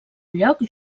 lloc